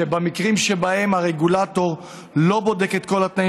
במקרים שבהם הרגולטור לא בודק את כל התנאים